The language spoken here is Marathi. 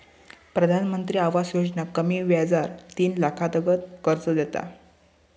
प्रधानमंत्री आवास योजना कमी व्याजार तीन लाखातागत कर्ज देता